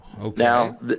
Now